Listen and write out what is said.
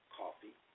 coffee